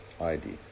ID